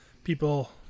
people